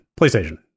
PlayStation